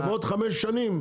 -- ובעוד חמש שנים,